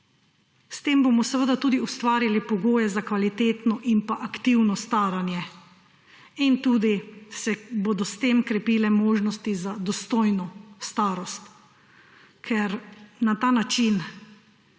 S tem bomo seveda tudi ustvarili pogoje za kvalitetno in pa aktivno staranje in tudi se bodo s tem krepile možnost za dostojno starost. Ker na ta način